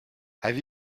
have